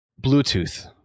Bluetooth